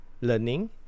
learning